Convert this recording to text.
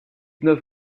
neuf